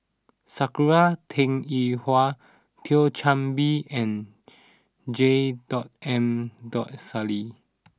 Sakura Teng Ying Hua Thio Chan Bee and J dot M dot Sali